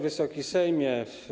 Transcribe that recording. Wysoki Sejmie!